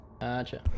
Gotcha